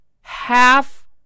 half